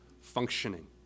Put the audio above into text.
functioning